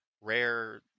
rare